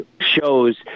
shows